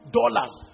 dollars